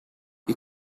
you